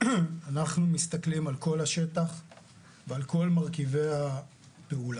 אנחנו מסתכלים על כל השטח ועל כל מרכיבי הפעולה.